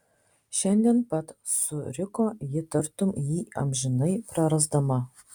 šiandien pat suriko ji tartum jį amžinai prarasdama